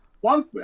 one